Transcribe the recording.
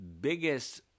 biggest